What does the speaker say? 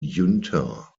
günther